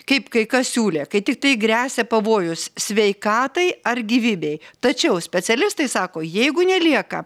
kaip kai kas siūlė kai tiktai gresia pavojus sveikatai ar gyvybei tačiau specialistai sako jeigu nelieka